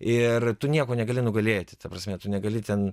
ir tu nieko negali nugalėti ta prasme tu negali ten